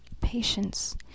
Patience